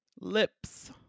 lips